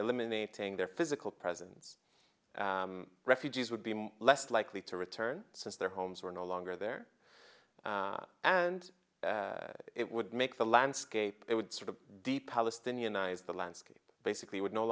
eliminating their physical presence refugees would be less likely to return since their homes were no longer there and it would make the landscape it would sort of deep palestinian eyes the landscape basically would no